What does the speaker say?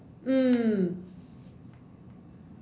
mm